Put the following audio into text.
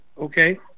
Okay